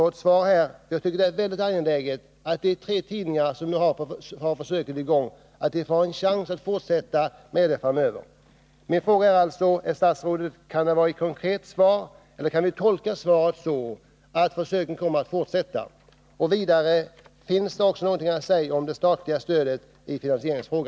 Jag vill här få ett svar. Det är nämligen mycket angeläget att de tre tidningar som har försöket i gång får en chans att framöver fortsätta med detta. Jag undrar därför: Kan vi tolka svaret så, att försöken kommer att fortsätta? Vidare: Finns det i finansieringsfrågan något att säga om det statliga stödet?